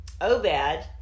Obed